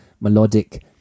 melodic